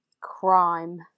crime